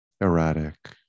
erratic